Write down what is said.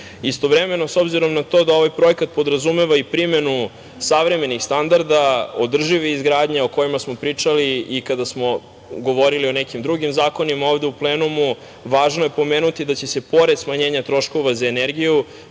učenje. Istovremeno, s obzirom na to, da ovaj projekat podrazumeva i primenu savremenih standarda održive izgradnje o kojima smo pričali i kada smo govorili o nekim drugim zakonima ovde u plenumu, važno je pomenuti da će se pored smanjenja troškova za energiju